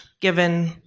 given